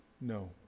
no